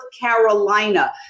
Carolina